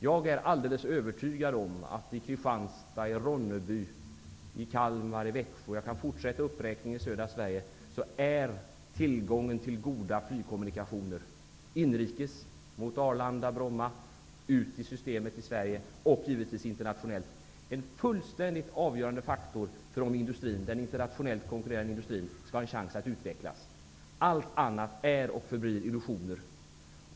Jag är alldeles övertygad om att i Kristianstad, Ronneby, Kalmar och Växjö -- jag kan fortsätta uppräkningen i södra Sverige -- är tillgången på goda flygkommunikationer, inrikes mot Arlanda och Bromma och givetvis internationellt, en fullständigt avgörande faktor för att den internationellt konkurrerande industrin skall ha en chans att utvecklas. Allt annat är och förblir illusioner.